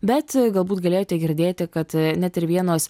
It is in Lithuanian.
bet galbūt galėjote girdėti kad net ir vienos